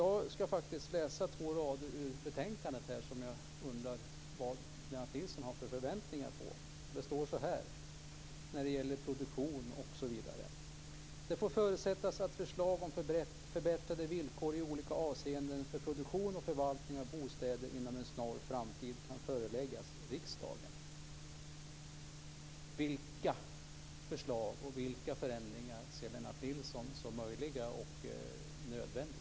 Jag ska läsa ett par rader ur betänkandet: "Det får förutsättas att förslag om förbättrade villkor i olika avseenden för produktion och förvaltning av bostäder inom en snar framtid kan föreläggas riksdagen." Vilka förslag och vilka förändringar ser Lennart Nilsson som möjliga och nödvändiga?